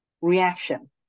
reaction